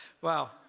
Wow